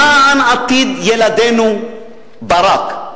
למען עתיד ילדינו, ברק.